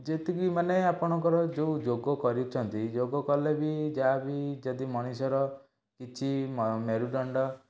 ଯେତିକି ମାନେ ଆପଣଙ୍କର ଯେଉଁ ଯୋଗ କରୁଛନ୍ତି ଯୋଗ କଲେ ବି ଯାହା ବି ଯଦି ମଣିଷର କିଛି ମେରୁଦଣ୍ଡ